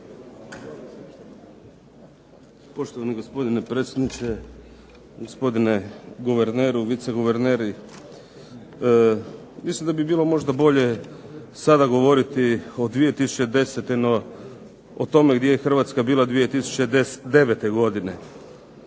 Poštovani gospodine predsjedniče, gospodine guverneru, viceguverneri. Mislim da bi bilo možda bolje sada govoriti o 2010., no o tome gdje je Hrvatska bila 2009. godine.